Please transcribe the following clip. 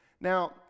Now